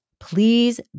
Please